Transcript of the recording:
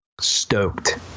Stoked